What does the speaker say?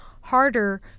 harder